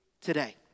today